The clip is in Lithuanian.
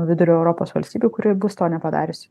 vidurio europos valstybių kuri bus to nepadariusi